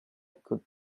could